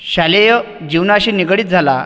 शालेय जीवनाशी निगडीत झाला